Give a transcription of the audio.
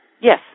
Yes